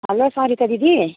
hello Sarita दिदी